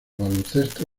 baloncesto